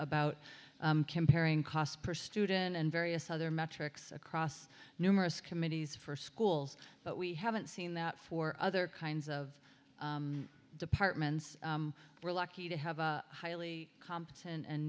about comparing cost per student and various other metrics across numerous committees for schools but we haven't seen that for other kinds of departments we're lucky to have a highly compet